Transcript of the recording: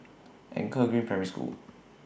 Anchor Green Primary School